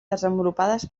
desenvolupades